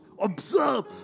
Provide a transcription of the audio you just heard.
observe